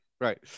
Right